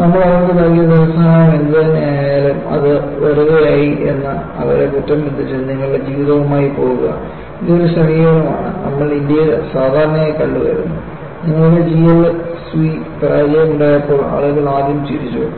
നമ്മൾ അവർക്ക് നൽകിയ ധനസഹായം എന്തുതന്നെയായാലും അത് വെറുതെയായി എന്ന് അവരെ കുറ്റംവിധിച്ച് നിങ്ങളുടെ ജീവിതവുമായി പോകുക ഇത് ഒരു സമീപനമാണ് നമ്മൾ ഇന്ത്യയിൽ സാധാരണയായി കണ്ടുവരുന്നു നിങ്ങൾക്ക് GLSV പരാജയം ഉണ്ടായപ്പോൾ ആളുകൾ ആദ്യം ചിരിച്ചു